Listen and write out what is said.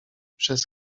przez